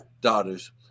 daughters